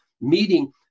meeting